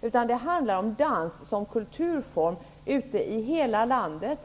Det gäller dansen som kulturform i hela landet.